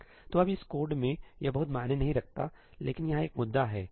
तो अब इस कोड में यह बहुत मायने नहीं रखतालेकिन यहाँ एक मुद्दा है सही